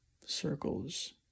circles